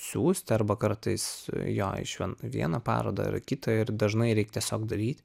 siųst arba kartais jo išvien vieną parodą ar kitą ir dažnai reik tiesiog daryt